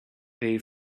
pay